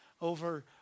over